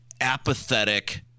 apathetic